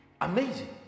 amazing